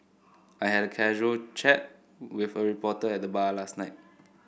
I had a casual chat with a reporter at the bar last night